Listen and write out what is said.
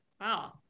wow